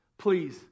Please